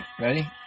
Ready